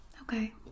Okay